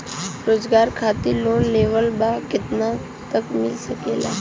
रोजगार खातिर लोन लेवेके बा कितना तक मिल सकेला?